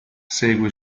segue